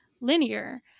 linear